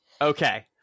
okay